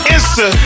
Insta